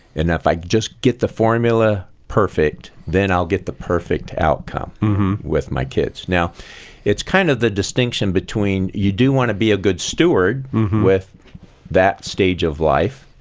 and if i just get the formula perfect, then i'll get the perfect outcome with my kids. now it's kind of the distinction between you do want to be a good steward with that stage of life,